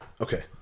Okay